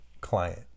client